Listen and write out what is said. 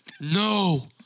No